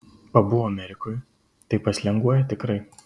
pabuvo amerikoj tai paslenguoja tikrai